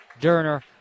Derner